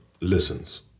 Listens